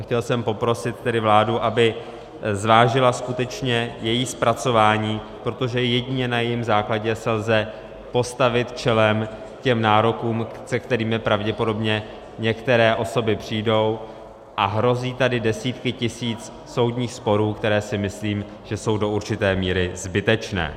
Chtěl jsem tedy poprosit vládu, aby zvážila skutečně její zpracování, protože jedině na jejím základě se lze postavit čelem těm nárokům, se kterými pravděpodobně některé osoby přijdou, a hrozí tady desítky tisíc soudních sporů, které si myslím, že jsou do určité míry zbytečné.